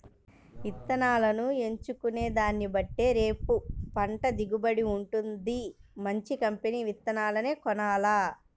ఇత్తనాలను ఎంచుకునే దాన్నిబట్టే రేపు పంట దిగుబడి వుంటది, మంచి కంపెనీ విత్తనాలనే కొనాల